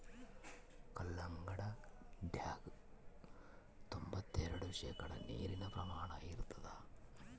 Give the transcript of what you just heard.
ಕಲ್ಲಂಗಡ್ಯಾಗ ತೊಂಬತ್ತೆರೆಡು ಶೇಕಡಾ ನೀರಿನ ಪ್ರಮಾಣ ಇರತಾದ